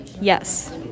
Yes